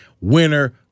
winner